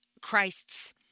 Christ's